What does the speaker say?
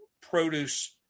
produce